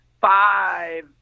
five